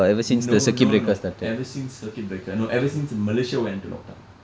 no no no ever since circuit breaker no ever since Malaysia went into lockdown